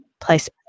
place